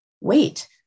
wait